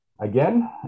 Again